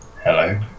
hello